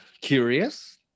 curious